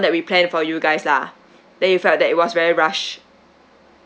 that we plan for you guys lah then you felt that it was very rushed